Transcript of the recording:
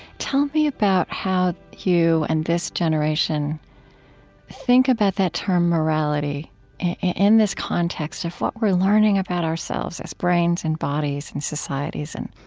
tell me about how you and this generation think about that term morality in this context of what we're learning about ourselves, as brains and bodies and societies and,